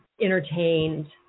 entertained